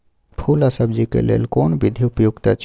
फूल आ सब्जीक लेल कोन विधी उपयुक्त अछि?